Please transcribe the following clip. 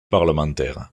parlementaires